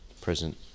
present